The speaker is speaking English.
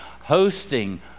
hosting